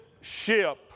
ship